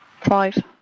five